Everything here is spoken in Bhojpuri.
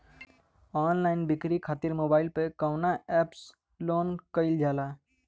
ऑनलाइन बिक्री खातिर मोबाइल पर कवना एप्स लोन कईल जाला?